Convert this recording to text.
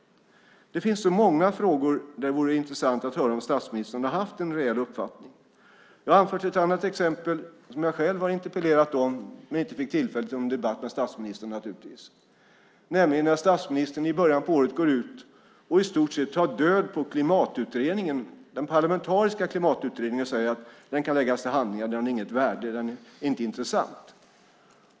Det finns många frågor där det vore intressant att höra om statsministern har haft en reell uppfattning. Jag har anfört ett annat exempel som jag själv har interpellerat om men där jag naturligtvis inte fick tillfälle till någon debatt med statsministern. Det var nämligen när statsministern i början av året går ut och i stort sett tar död på den parlamentariska Klimatutredningen och säger att den kan läggas till handlingarna, att den inte har något värde och inte är intressant.